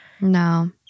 no